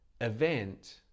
event